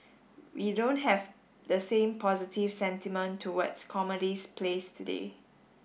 we don't have the same positive sentiment towards plays today